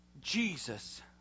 Jesus